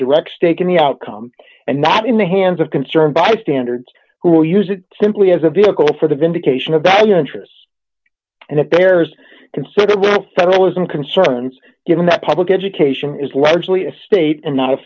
direct stake in the outcome and not in the hands of concern by standards who will use it simply as a vehicle for the vindication of value interests and if there's considerable federalism concerns given that public education is largely a state and not